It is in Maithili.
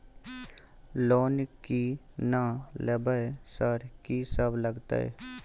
लोन की ना लेबय सर कि सब लगतै?